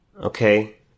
Okay